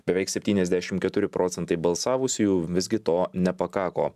beveik septyniasdešimt keturi procentai balsavusiųjų visgi to nepakako